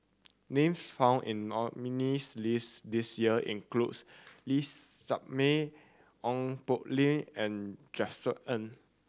names found in nominees' list this year includes Lee Shermay Ong Poh Lim and Josef Ng